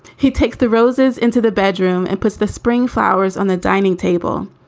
he takes the roses into the bedroom and puts the spring flowers on the dining table.